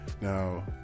Now